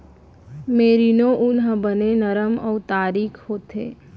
merino ऊन ह बने नरम अउ तारीक होथे